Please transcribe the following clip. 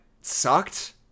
sucked